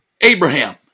Abraham